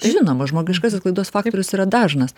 žinoma žmogiškasis klaidos faktorius yra dažnas